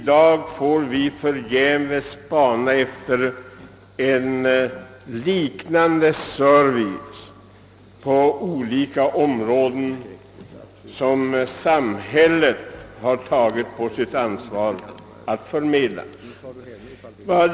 I dag får vi förgäves se oss omkring efter en motsvarande service på de områden, där samhället tagit på sitt ansvar att förmedla tjänsterna.